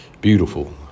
beautiful